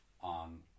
on